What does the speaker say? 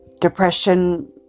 depression